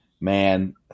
Man